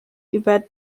über